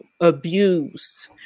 abused